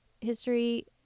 history